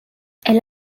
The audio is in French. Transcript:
elle